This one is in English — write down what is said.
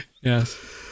yes